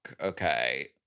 okay